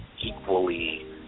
equally